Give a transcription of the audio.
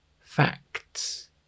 facts